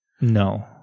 No